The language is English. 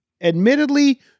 Admittedly